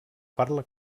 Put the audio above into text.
parla